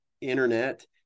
internet